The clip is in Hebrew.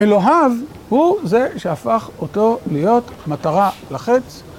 אלוהיו הוא זה שהפך אותו להיות מטרה לחץ.